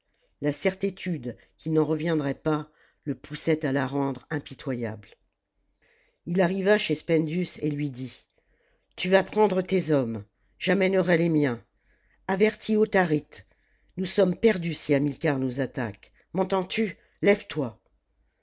la certitude qu'il n'en reviendrait pas le poussait à la rendre impitoyable ii arriva chez spendius et lui dit tu vas prendre tes hommes j'amènerai les miens avertis autharite nous sommes perdus si hamilcar nous attaque m'entends-tu lève-toi